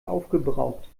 aufgebraucht